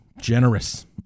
generous